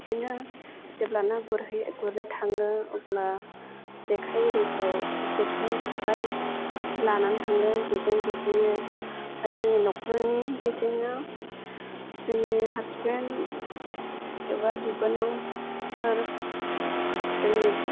बिदिनो जेब्ला ना गुरहैयो गुरनो थाङो अब्ला जेखाय एरिखौ जेखाय खबाय लानानै थाङो बेजों गुरहैयो ओमफ्राय जोंनि नखरनि बिदिनो जोंनि हाजबेन्ड एबा बिबोनांफोर जोंनि